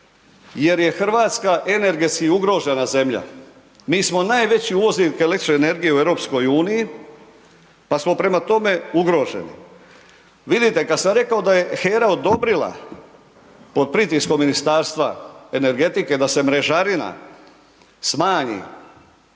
jer je Hrvatska energetski ugrožena zemlja mi smo najveći uvoznik električne energije u EU pa smo prema tome ugroženi. Vidite kad sam rekao da je HERA odobrila pod pritiskom Ministarstva energetike da se mrežarina smanji